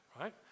right